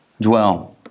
dwell